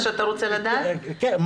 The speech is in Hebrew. כן.